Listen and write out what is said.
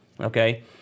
okay